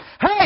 Hey